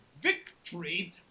Victory